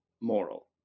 moral